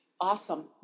awesome